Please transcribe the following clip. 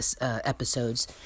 episodes